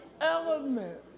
element